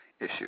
issue